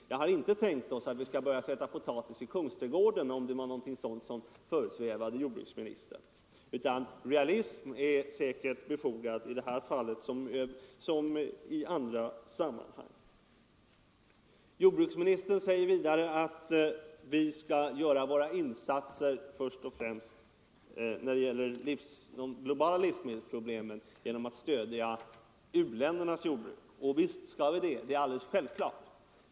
Jag har inte tänkt att vi skall börja sätta potatis i Kungsträdgården, om det var någonting sådant som föresvävade jordbruksministern. Realism är säkert befogad i det här fallet som i andra sammanhang. Jordbruksministern säger vidare att vi skall göra våra insatser när det gäller de globala livsmedelsproblemen först och främst genom att stödja u-ländernas jordbruk, och visst skall vi det; det är alldeles självklart.